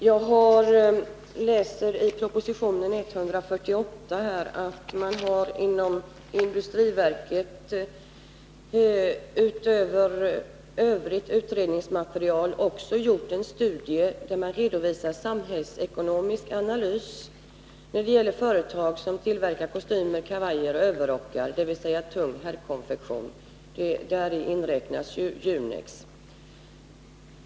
Jag läser i proposition 148 att man inom industriverket utöver övrigt utredningsmaterial också gjort en studie där man redovisar en samhällsekonomisk analys när det gäller företag som tillverkar kostymer, kavajer och överrockar, dvs. tung herrkonfektion. Dit räknas också Junex.